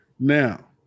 Now